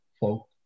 folk